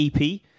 EP